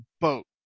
boat